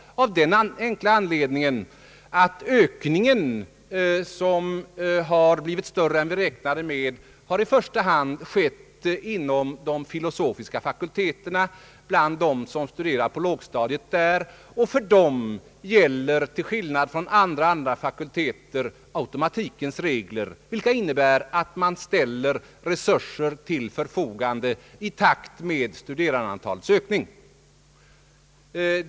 Det beror på att ökningen, som blivit större än beräknad, i första hand skett inom de filosofiska fakulteterna och bland de grupper som där studerar på lågstadiet. För dessa studenter gäller i motsats till bestämmelserna vid andra fakulteter automatikens regler som innebär att resurser ställs till förfogande i takt med ökningen av antalet studerande.